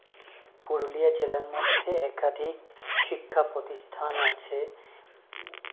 পুরুলিয়া জেলার মধ্যে একাধিক শিক্ষা প্রতিষ্ঠান আছে